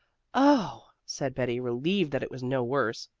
oh! said betty, relieved that it was no worse.